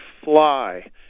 fly